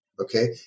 Okay